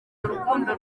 urukundo